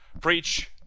preach